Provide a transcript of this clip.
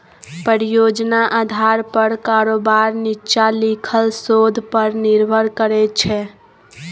परियोजना आधार पर कारोबार नीच्चां लिखल शोध पर निर्भर करै छै